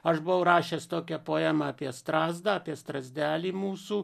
aš buvau rašęs tokią poemą apie strazdą strazdelį mūsų